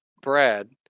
Brad